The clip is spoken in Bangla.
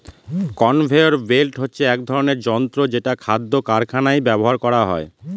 কনভেয়র বেল্ট হচ্ছে এক ধরনের যন্ত্র যেটা খাদ্য কারখানায় ব্যবহার করা হয়